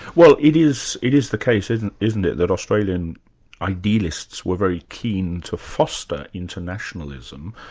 well, it is it is the case, isn't isn't it, that australian idealists were very keen to foster internationalism.